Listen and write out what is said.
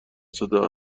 صدا